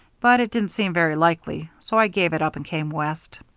but it didn't seem very likely, so i gave it up and came west.